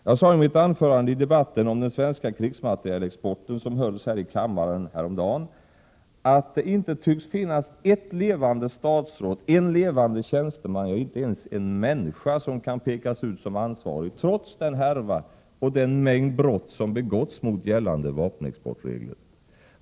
Jag sade i mitt anförande i debatten om den svenska krigsmaterielexporten som hölls här i kammaren häromdagen, att det inte tycks finnas ett levande statsråd, en levande tjänsteman, ja inte en människa som kan pekas ut som ansvarig, trots den härva och den mängd brott som begåtts mot gällande vapenexportregler.